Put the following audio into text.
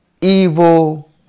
evil